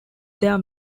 their